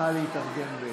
נא להתארגן בהתאם.